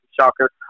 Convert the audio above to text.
shocker